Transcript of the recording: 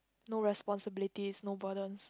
no responsibilities no burdens